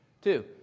Two